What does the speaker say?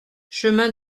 chemin